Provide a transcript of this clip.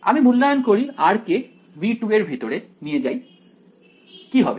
আমি মূল্যায়ন করি r কে V2 এর ভিতরে নিয়ে যাই কি হবে